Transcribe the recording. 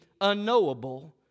unknowable